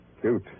Cute